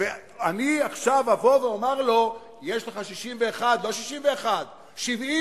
זה לא חוק שמחשק אנשים שחושבים